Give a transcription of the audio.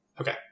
Okay